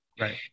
right